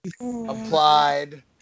applied